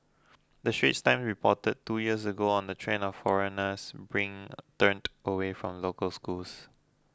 the Straits Times reported two years ago on the trend of foreigners bring turned away from local schools